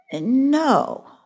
No